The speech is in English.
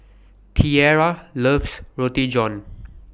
Tiera loves Roti John